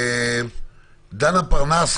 דנה פרנס,